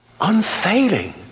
unfailing